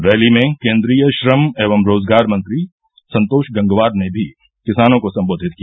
rally में केंद्रीय श्रम एवं रोजगार मंन्त्री संतोष गंगवार ने भी किसानों को संबोधित किया